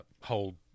hold